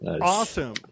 awesome